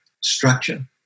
structure